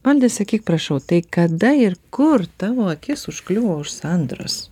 valdai sakyk prašau tai kada ir kur tavo akis užkliuvo už sandros